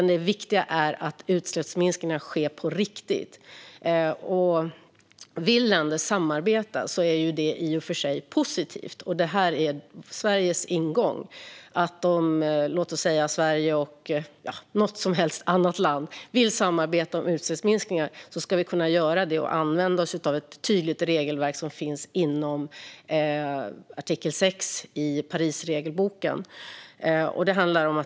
Det viktiga är att utsläppsminskningarna sker på riktigt. Vill länder samarbeta är det i och för sig positivt. Sveriges ingång är att om Sverige och vilket som helst annat land vill samarbeta om utsläppsminskningar ska vi kunna göra det och använda ett tydligt regelverk som finns inom artikel 6 i Parisavtalets regelbok.